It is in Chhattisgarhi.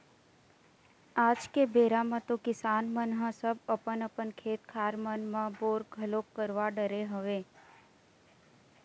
आज के बेरा म तो किसान मन ह सब अपन अपन खेत खार मन म बोर घलोक करवा डरे हवय